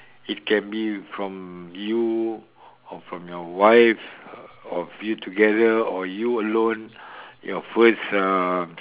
it can be from you or from your wife of you together or you alone your first um